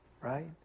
right